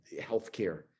healthcare